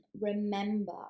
remember